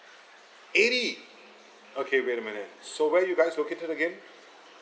eighty okay wait a minute so where are you guys located again